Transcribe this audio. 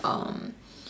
um